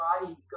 body